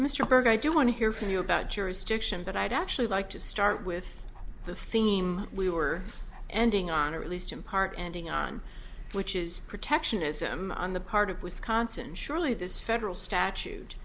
berg i do want to hear from you about jurisdiction but i'd actually like to start with the theme we were ending on or at least in part ending on which is protectionism on the part of wisconsin surely this federal statute